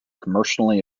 commercially